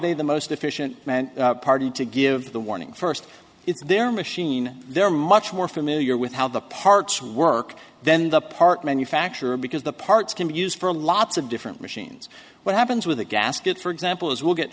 they the most efficient party to give the warning first if their machine there are much more familiar with how the parts work then the part manufacturer because the parts can be used for lots of different machines what happens with a gasket for example is will get